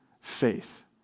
faith